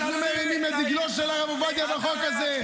אנחנו מרימים את דגלו של הרב עובדיה בחוק הזה,